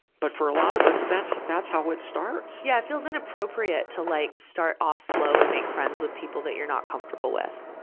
but for a lot of us, that's, that's how it starts. yeah. feels inappropriate to like start off slow and makes friends with people that you're not comfortable with.